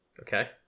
Okay